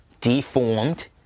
deformed